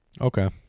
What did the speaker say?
Okay